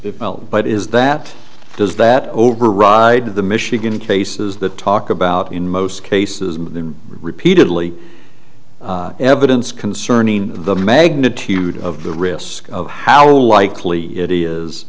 so but is that does that override the michigan cases that talk about in most cases repeatedly evidence concerning the magnitude of the risk of how likely it is